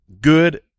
good